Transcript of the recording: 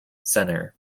center